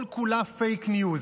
כל-כולה פייק ניוז.